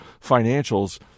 financials